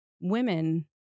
women